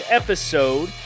episode